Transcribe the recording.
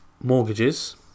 mortgages